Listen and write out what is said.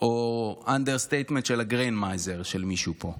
או האנדרסטייטמנט של הגרנדמייזר של מישהו פה.